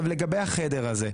לגבי החדר הזה.